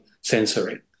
censoring